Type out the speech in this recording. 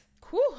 Cool